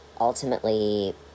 ultimately